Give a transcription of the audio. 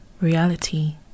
Reality